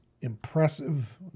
impressive